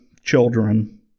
children